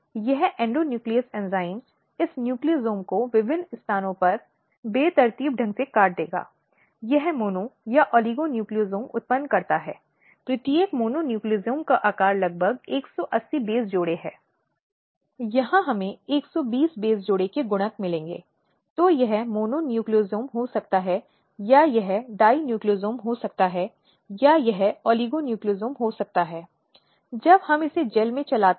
इसलिए यह बहुत ही दुर्भाग्यपूर्ण स्थिति है और इससे दूर रहने के लिए न्यायमूर्ति जेएस वर्मा और सगीर अहमद की अध्यक्षता वाली सर्वोच्च अदालत ने कहा कि एक अभियोजक के चरित्र पर अनावश्यक रूप से बयान यह कहते हुए कि वह चरित्रहीन महिला है या वह ऐसी प्रकृति की है इन चीजों से बचना चाहिए